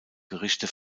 gerichte